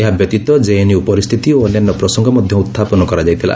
ଏହାବ୍ୟତୀତ କେଏନ୍ୟୁ ପରିସ୍ଥିତି ଓ ଅନ୍ୟାନ୍ୟ ପ୍ରସଙ୍ଗ ମଧ୍ୟ ଉତ୍ଥାପନ କରାଯାଇଥିଲା